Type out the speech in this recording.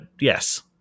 yes